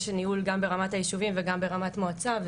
יש ניהול גם ברמת היישובים וגם ברמת מועצה.